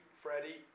Freddie